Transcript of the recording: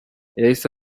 yahise